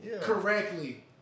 correctly